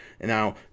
Now